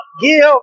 give